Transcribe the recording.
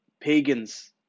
pagans